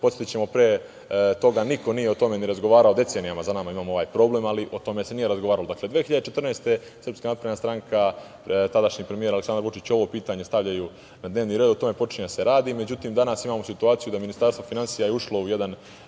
Podsetićemo, pre toga niko nije o tome razgovarao, a decenijama za nama imamo ovaj problem, ali o tome se nije razgovaralo. Dakle, 2014. godine SNS i tadašnji premijer Aleksandar Vučić ovo pitanje stavljaju na dnevni red. O tome počinje da se radi.Međutim, danas imamo situaciju da je Ministarstvo finansija ušlo u jedan